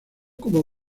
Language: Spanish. como